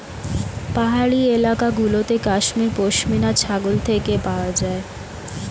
পাহাড়ি এলাকা গুলোতে কাশ্মীর পশমিনা ছাগল থেকে পাওয়া যায়